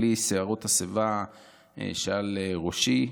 בלי שיערות השיבה שעל ראשי: